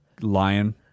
lion